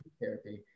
therapy